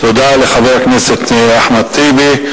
תודה לחבר הכנסת אחמד טיבי.